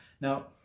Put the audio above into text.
now